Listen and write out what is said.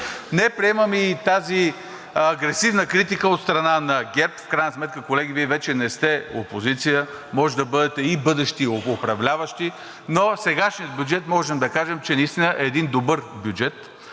Не приемаме и тази агресивна критика от страна на ГЕРБ. В крайна сметка, колеги, Вие вече не сте опозиция, може да бъдете и бъдещи управляващи, но сегашният бюджет можем да кажем, че наистина е един добър бюджет.